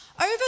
over